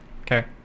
okay